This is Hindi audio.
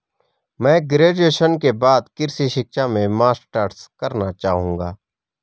मैं ग्रेजुएशन के बाद कृषि शिक्षा में मास्टर्स करना चाहूंगा